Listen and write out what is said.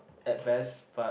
at best but